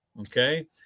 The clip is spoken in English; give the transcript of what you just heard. Okay